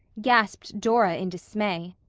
gasped dora in dismay.